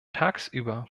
tagsüber